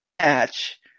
Match